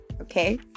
Okay